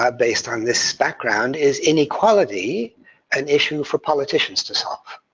um based on this background is inequality an issue for politicians to solve?